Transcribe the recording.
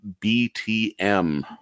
BTM